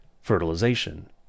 fertilization